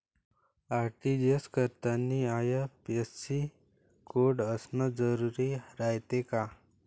RTGS करतांनी IFSC code असन जरुरी रायते का?